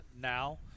now